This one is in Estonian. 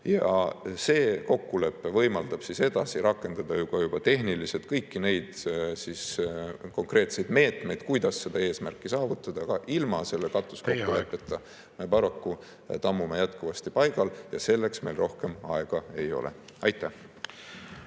See kokkulepe võimaldab ka tehniliselt edasi rakendada kõiki neid konkreetseid meetmeid, kuidas seda eesmärki saavutada. Teie aeg! Ilma selle katuskokkuleppeta me paraku tammume jätkuvasti paigal ja selleks meil rohkem aega ei ole. Aitäh!